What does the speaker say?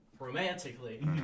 romantically